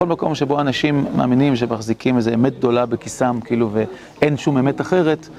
כל מקום שבו אנשים מאמינים שמחזיקים איזו אמת גדולה בכיסם כאילו ואין שום אמת אחרת